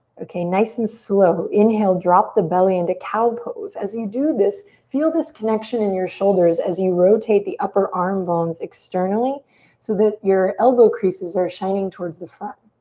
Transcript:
okay, nice and slow, inhale, drop the belly into cow pose. as you do this, feel this connection in your shoulders as you rotate the upper arm bones externally so that your elbow creases are shining towards the front.